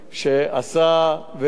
ואני יודע גם להעריך את זה.